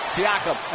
Siakam